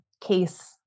case